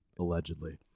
allegedly